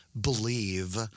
believe